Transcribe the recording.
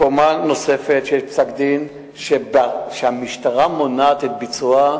קומה נוספת שיש פסק-דין, שהמשטרה מונעת את ביצועה?